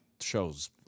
shows